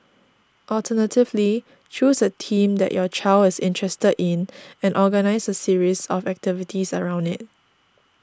alternatively choose a theme that your child is interested in and organise a series of activities around it